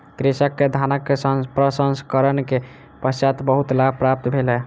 कृषक के धानक प्रसंस्करण के पश्चात बहुत लाभ प्राप्त भेलै